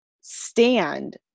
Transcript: stand